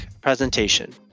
presentation